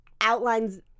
Outlines